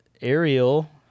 Ariel